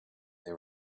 they